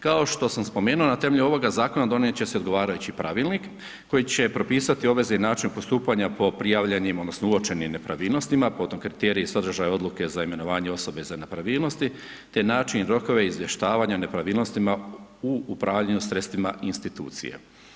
Kao što sam spomenuo na temelju ovoga zakona donijeti će se odgovarajući pravilnik koji će propisati obveze i način postupanja po prijavljenim, odnosno uočenim nepravilnostima, potom kriterije sadržaja odluke za imenovanje osobe za nepravilnost, te način, rokove izvještavanja o nepravilnostima u upravljanju sredstvima institucije.